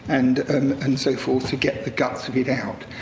and, um and so forth, to get the guts of it out.